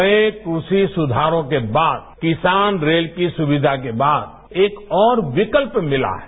नए कृषि सुधारों के बाद किसान रेल की सुक्विया के बाद एक और विकल्प मिला है